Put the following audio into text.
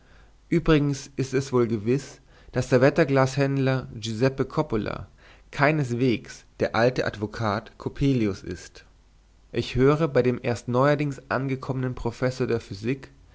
übrigens ist es wohl gewiß daß der wetterglashändler giuseppe coppola keinesweges der alte advokat coppelius ist ich höre bei dem erst neuerdings angekommenen professor der physik